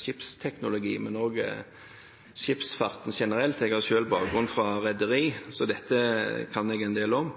skipsteknologi og om skipsfarten generelt. Jeg har selv bakgrunn fra rederi, så dette kan jeg en del om.